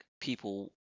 people